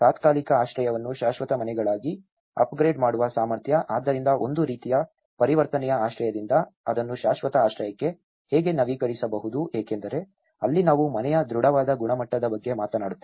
ತಾತ್ಕಾಲಿಕ ಆಶ್ರಯವನ್ನು ಶಾಶ್ವತ ಮನೆಗಳಾಗಿ ಅಪ್ಗ್ರೇಡ್ ಮಾಡುವ ಸಾಮರ್ಥ್ಯ ಆದ್ದರಿಂದ ಒಂದು ರೀತಿಯ ಪರಿವರ್ತನೆಯ ಆಶ್ರಯದಿಂದ ಅದನ್ನು ಶಾಶ್ವತ ಆಶ್ರಯಕ್ಕೆ ಹೇಗೆ ನವೀಕರಿಸಬಹುದು ಏಕೆಂದರೆ ಅಲ್ಲಿ ನಾವು ಮನೆಯ ದೃಢವಾದ ಗುಣಮಟ್ಟದ ಬಗ್ಗೆ ಮಾತನಾಡುತ್ತೇವೆ